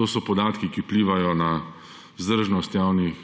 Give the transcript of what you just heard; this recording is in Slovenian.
To so podatki, ki vplivajo na vzdržnost javnih